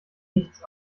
nichts